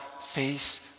face